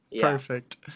Perfect